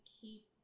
keep